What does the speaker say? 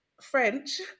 French